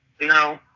No